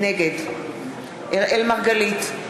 נגד אראל מרגלית,